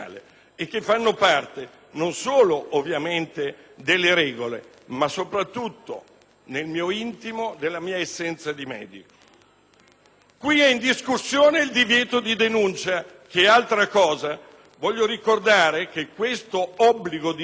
ma soprattutto della mia essenza di medico. Qui è in discussione il divieto di denuncia, che è altra cosa. Voglio ricordare che l'obbligo di denuncia è stato in vigore fino al 1999 ed è stato